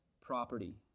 property